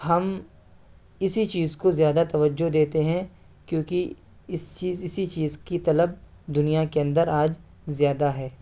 ہم اسی چیز کو زیادہ توجہ دیتے ہیں کیونکہ اس چیز اسی چیز کی طلب دنیا کے اندر آج زیادہ ہے